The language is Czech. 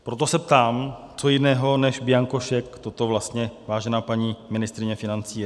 Proto se ptám, co jiného než bianko šek toto vlastně, vážená paní ministryně financí, je.